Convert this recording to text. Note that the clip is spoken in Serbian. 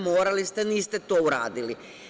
Morali ste, niste to uradili.